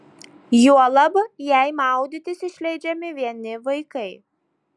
juolab jei maudytis išleidžiami vieni vaikai